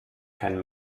kein